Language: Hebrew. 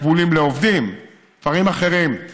תקבולים לעובדים, דברים אחרים כן.